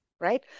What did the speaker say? right